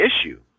issue